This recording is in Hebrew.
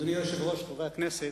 אדוני היושב-ראש, חברי הכנסת,